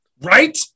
Right